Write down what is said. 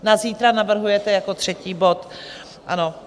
Na zítra navrhujete jako třetí bod, ano.